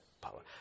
power